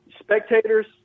spectators